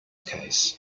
case